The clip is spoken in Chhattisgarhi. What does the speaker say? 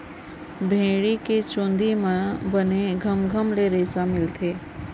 भेड़ी के चूंदी म बने घमघम ले रेसा मिलथे